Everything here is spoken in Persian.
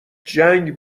جنگ